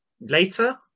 later